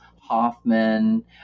Hoffman